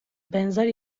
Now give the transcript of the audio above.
benzer